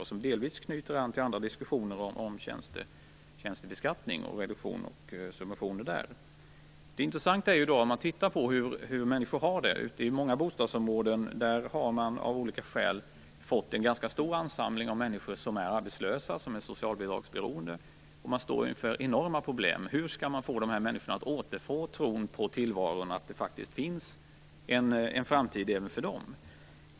Det knyter delvis an till andra diskussioner om tjänstebeskattning och reduktioner och subventioner där. Om man tittar på hur människor har det, kan man se att i många bostadsområden har det av olika skäl blivit en ganska stor ansamling av människor som är arbetslösa och socialbidragsberoende. Det är ett enormt problem hur man skall få dessa människor att återfå tron på tillvaron och att det faktiskt finns en framtid även för dem.